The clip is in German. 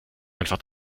einfach